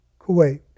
Kuwait